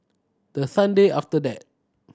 the Sunday after that